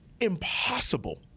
impossible